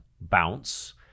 Bounce